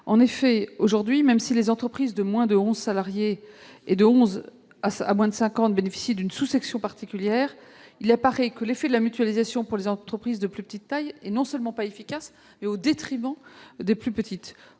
poursuivez. Aujourd'hui, même si les entreprises de moins de 11 salariés et de 11 à moins de 50 salariés bénéficient d'une sous-section particulière, il apparaît que la mutualisation pour les entreprises de plus petite taille est non seulement inefficace, mais se fait au détriment de ces dernières.